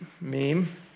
meme